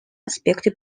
аспекты